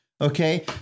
Okay